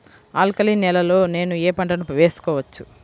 Alkaline నేలలో నేనూ ఏ పంటను వేసుకోవచ్చు?